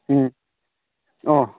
অঁ